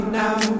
now